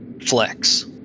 flex